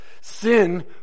Sin